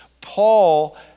Paul